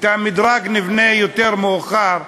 את המדרג נבנה יותר מאוחר.